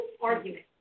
argument